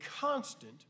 constant